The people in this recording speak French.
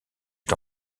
est